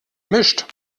mischt